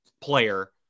player